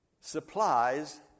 supplies